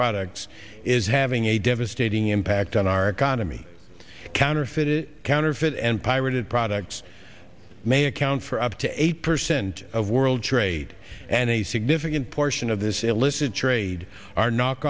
products is having a devastating impact on our economy counterfeiting counterfeit and pirated products may account for up to eight percent of world trade and a significant portion of this illicit trade